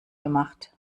gemacht